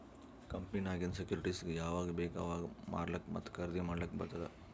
ಕಂಪನಿನಾಗಿಂದ್ ಸೆಕ್ಯೂರಿಟಿಸ್ಗ ಯಾವಾಗ್ ಬೇಕ್ ಅವಾಗ್ ಮಾರ್ಲಾಕ ಮತ್ತ ಖರ್ದಿ ಮಾಡ್ಲಕ್ ಬಾರ್ತುದ್